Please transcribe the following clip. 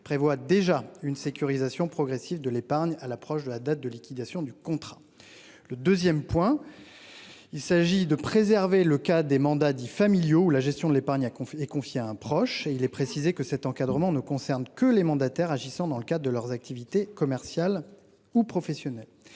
prévoit déjà une sécurisation progressive de l'épargne à l'approche de la date de liquidation du contrat. Le 2ème point. Il s'agit de préserver le cas des mandats dits familiaux ou la gestion de l'épargne a confié est confié à un proche et il est précisé que cet encadrement ne concerne que les mandataires agissant dans le cadre de leurs activités commerciales ou professionnel.